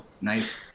nice